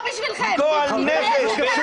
גועל נפש.